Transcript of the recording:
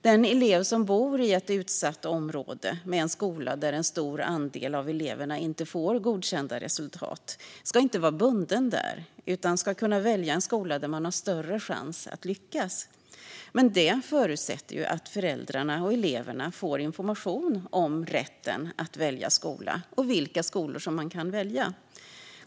Den elev som bor i ett utsatt område med en skola där en stor andel av eleverna inte får godkända resultat ska inte vara bunden dit utan ska kunna välja en skola där det är större chans att lyckas, men det förutsätter ju att föräldrarna och eleverna får information om rätten att välja skola och om vilka skolor de kan välja.